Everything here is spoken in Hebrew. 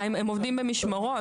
הם עובדים במשמרות.